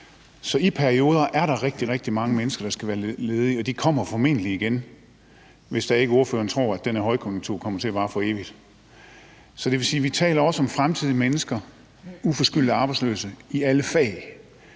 Så i perioder er der rigtig, rigtig mange mennesker, der skal være ledige. De kommer formentlig igen – hvis altså ikke ordføreren tror, at den her højkonjunktur kommer til at vare for evigt. Så det vil sige, at vi også taler om fremtidig mennesker, uforskyldte arbejdsløse i alle fag,